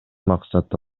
максаты